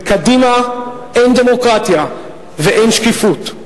בקדימה אין דמוקרטיה ואין שקיפות.